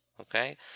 okay